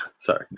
Sorry